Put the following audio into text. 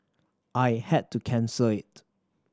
I had to cancel it